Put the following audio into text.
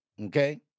Okay